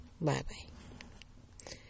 Bye-bye